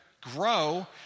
grow